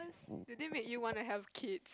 do they make you want to have kid